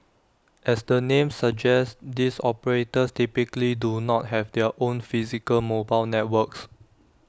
as the name suggests these operators typically do not have their own physical mobile networks